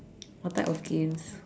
what type of games